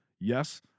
Yes